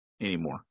anymore